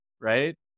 right